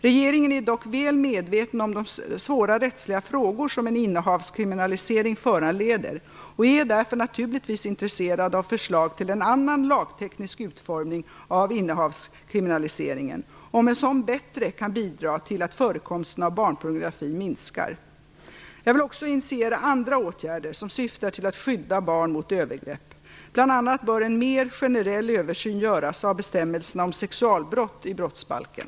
Regeringen är dock väl medveten om de svåra rättsliga frågor som en innehavskriminalisering föranleder och är därför naturligtvis intresserad av förslag till en annan lagteknisk utformning av innehavskriminaliseringen, om en sådan bättre kan bidra till att förekomsten av barnpornografi minskar. Jag vill också initiera andra åtgärder som syftar till att skydda barn mot övergrepp. Bl.a. bör en mer generell översyn göras av bestämmelserna om sexualbrott i brottsbalken.